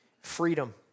freedom